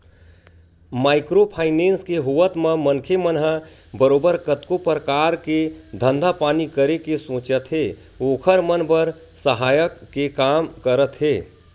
micro finance के होवत म मनखे मन ह बरोबर कतको परकार के धंधा पानी करे के सोचत हे ओखर मन बर सहायक के काम करत हे